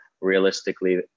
realistically